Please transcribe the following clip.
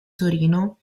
torino